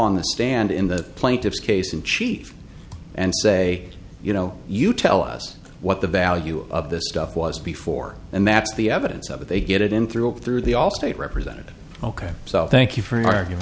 on the stand in the plaintiff's case in chief and say you know you tell us what the value of this stuff was before and that's the evidence of it they get it in through and through the allstate representative ok so thank you for